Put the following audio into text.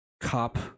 cop